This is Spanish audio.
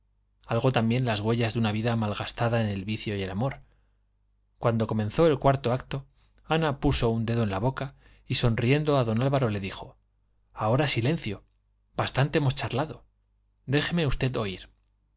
algo también las huellas de una vida malgastada en el vicio y el amor cuando comenzó el cuarto acto ana puso un dedo en la boca y sonriendo a don álvaro le dijo ahora silencio bastante hemos charlado déjeme usted oír